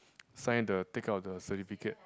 sign the take out the certificate